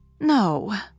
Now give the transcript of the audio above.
No